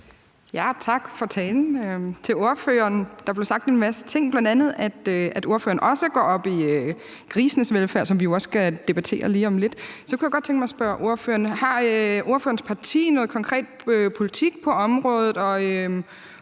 Tak til ordføreren for talen. Der blev sagt en masse ting, bl.a. at ordføreren også går op i grisenes velfærd, som vi jo skal debattere lige om lidt. Så kunne jeg godt tænke mig at spørge ordføreren: Har ordførerens parti nogen konkret politik på området